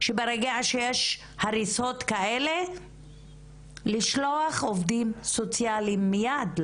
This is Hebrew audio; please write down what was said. בגלל זה שאלתי על עניין השלוחות ובגלל זה שאלתי על עניין הניידת,